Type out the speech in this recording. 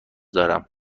دارم